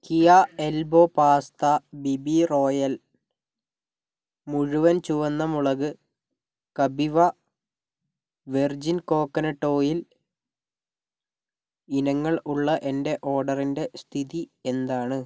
കിയാ elbow pasta B B royal മുഴുവൻ ചുവന്ന മുളക് കപിവ വെർജിൻ കോക്കനട്ട് ഓയിൽ ഇനങ്ങൾ ഉള്ള എന്റെ ഓർഡറിന്റെ സ്ഥിതി എന്താണ്